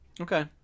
Okay